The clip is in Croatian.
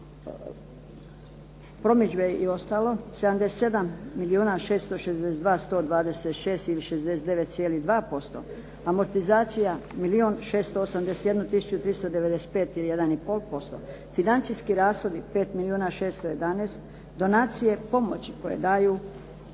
promidžbe i ostalo 77 milijuna 662 126 ili 69,2%, amortizacija milijun 681 tisuću 395 ili 1,5%, financijski rashodi 5 milijuna 611, donacije pomoći koje daju